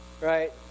right